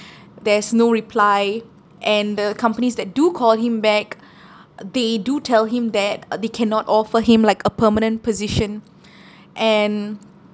there's no reply and the companies that do call him back they do tell him that uh they cannot offer him like a permanent position and